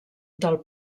del